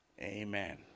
Amen